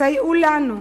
סייעו לנו,